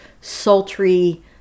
sultry